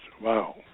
wow